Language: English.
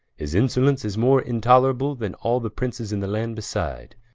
his insolence is more intollerable then all the princes in the land beside,